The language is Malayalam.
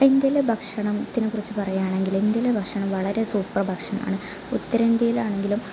ഇന്ത്യയിലെ ഭക്ഷണം ത്തിനെ കുറിച്ച് പറയാണെങ്കില് ഇന്ത്യയിലെ ഭക്ഷണം വളരെ സൂപ്പര് ഭക്ഷണമാണ് ഉത്തരേന്ത്യയിലാണെങ്കിലും